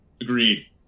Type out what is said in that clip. Agreed